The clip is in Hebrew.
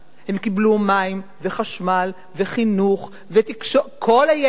הם קיבלו מים, וחשמל, וחינוך, ותקשורת, כל היתר.